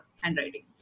handwriting